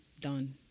done